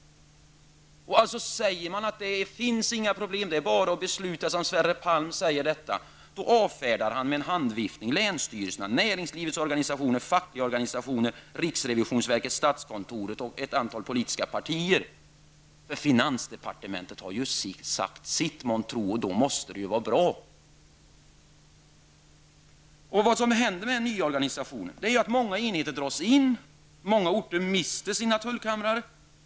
Om man som Sverre Palm säger att det inte finns några problem utan att det bara är att besluta, då avfärdar man med en handviftning länsstyrelserna, näringslivets organisationer, fackliga organisationer, riksrevisionsverket, statskontoret och ett antal politiska partier. Finansdepartementet har ju sagt sitt, månntro, och då måste det ju vara bra! Vad som händer i den nya organisationen är att många enheter dras in och att många orter mister sina tullkammare.